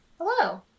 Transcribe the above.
Hello